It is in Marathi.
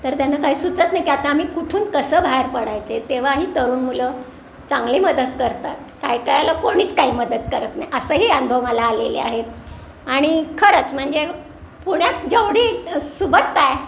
तर त्यांना काही सुचत नाही की आता आम्ही कुठून कसं बाहेर पडायचं आहे तेव्हाही तरुण मुलं चांगली मदत करतात काय कायला कोणीच काही मदत करत नाही असाही अनुभव मला आलेले आहेत आणि खरंच म्हणजे पुण्यात जेवढी सुबत्ता आहे